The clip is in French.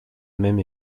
même